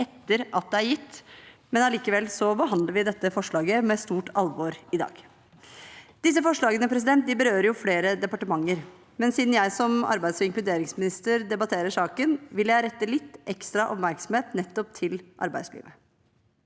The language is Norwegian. etter at det er gitt, men allikevel behandler vi dette forslaget med stort alvor i dag. Forslaget berører flere departementer, men siden jeg som arbeidsog inkluderingsminister debatterer saken, vil jeg rette litt ekstra oppmerksomhet nettopp mot arbeidslivet.